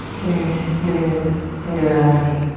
getting getting into it already.